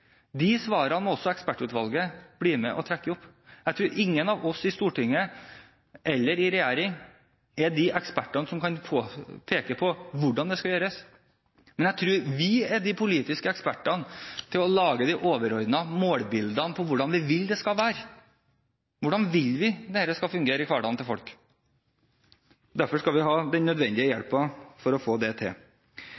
De svarene må også ekspertutvalget bli med og trekke opp. Jeg tror ingen av oss i Stortinget eller i regjering er de ekspertene som kan peke på hvordan det skal gjøres, men jeg tror vi er de politiske ekspertene til å lage de overordnede målbildene på hvordan vi vil det skal være, hvordan vi vil dette skal fungere i hverdagen til folk. Derfor skal vi ha den nødvendige